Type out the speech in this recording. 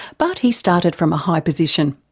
but he started from a high position.